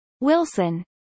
Wilson